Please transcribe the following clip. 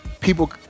people